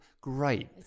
great